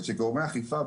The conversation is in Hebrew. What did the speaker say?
שגורמי האכיפה,